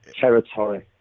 territory